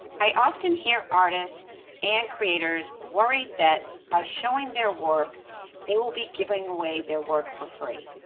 i often hear artists and creators worried that by showing their work they will be giving away their work for free,